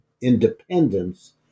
independence